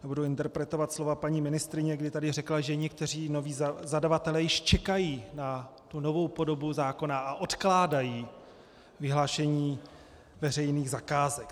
Budu interpretovat slova paní ministryně, kdy tady řekla, že někteří noví zadavatelé již čekají na novou podobu zákona a odkládají vyhlášení veřejných zakázek.